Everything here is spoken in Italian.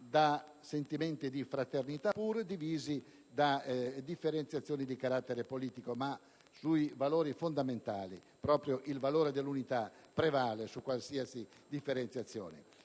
da sentimenti di fraternità, pur divisi da differenze di carattere politico. Ma sui valori fondamentali proprio il valore dell'unità prevale su qualsiasi differenziazione.